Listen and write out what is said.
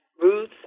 Ruth